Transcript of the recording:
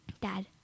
Dad